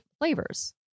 flavors